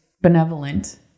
benevolent